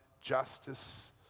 justice